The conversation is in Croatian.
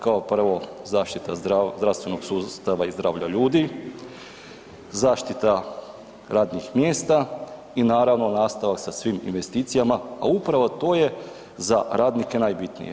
Kao prvo, zaštita zdravstvenog sustava i zdravlja ljudi, zaštita radnih mjesta i naravno nastavak sa svim investicijama, a upravo to je za radnike najbitnije.